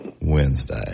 Wednesday